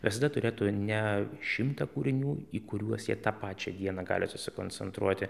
visada turėtų ne šimtą kūrinių į kuriuos jie tą pačią dieną gali susikoncentruoti